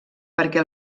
perquè